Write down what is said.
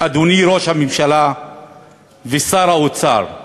אדוני ראש הממשלה ושר האוצר.